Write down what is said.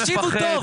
תקשיבו טוב.